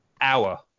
hour